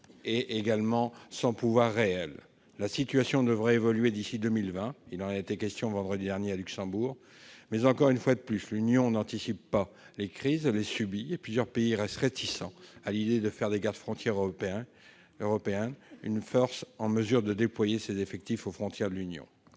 propre et sans pouvoir réel. La situation devrait évoluer d'ici à 2020, il en a été question vendredi dernier à Luxembourg. Mais, une fois de plus, l'Union n'anticipe pas les crises ; elle les subit. Plusieurs pays restent réticents à l'idée de faire des gardes-frontières européens une force en mesure de déployer ses effectifs aux frontières de l'Union.